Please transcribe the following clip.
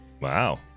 Wow